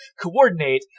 coordinate